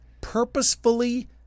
purposefully